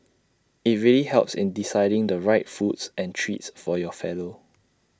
IT really helps in deciding the right foods and treats for your fellow